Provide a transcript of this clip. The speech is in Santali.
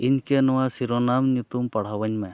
ᱤᱧ ᱠᱤ ᱱᱚᱣᱟ ᱥᱤᱨᱳᱱᱟᱢ ᱧᱩᱛᱩᱢ ᱯᱟᱲᱦᱟᱣᱟᱹᱧ ᱢᱮ